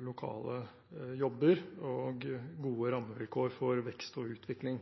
lokale jobber og gode rammevilkår for vekst og utvikling